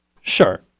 Sure